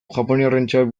japoniarrentzat